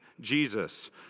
Jesus